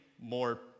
more